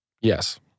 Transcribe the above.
Yes